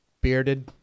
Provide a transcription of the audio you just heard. bearded